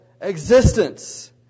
existence